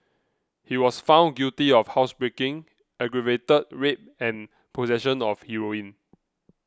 he was found guilty of housebreaking aggravated rape and possession of heroin